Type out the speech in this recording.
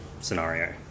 scenario